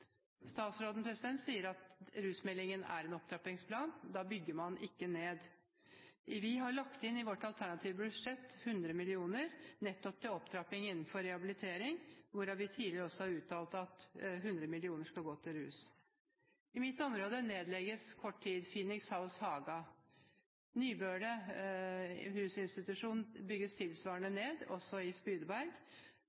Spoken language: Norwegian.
Statsråden sier at rusmeldingen er en opptrappingsplan – da bygger man ikke ned. Vi har lagt inn 100 mill. kr i vårt alternative budsjett nettopp til opptrapping innenfor rehabilitering. Vi har også tidligere uttalt at 100 mill. kr skal gå til rusarbeidet. I mitt område nedlegges om kort tid Phoenix House Haga. Nybøle rusinstitusjon bygges tilsvarende